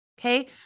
Okay